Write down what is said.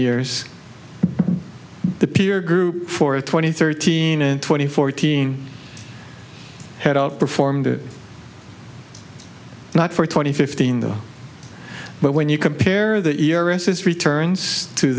years the peer group for twenty thirteen and twenty fourteen had outperformed not for twenty fifteen though but when you compare the erases returns to